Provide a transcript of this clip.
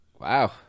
Wow